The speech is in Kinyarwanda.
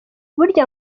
burya